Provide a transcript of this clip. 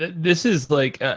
this is like,